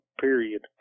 period